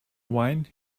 wine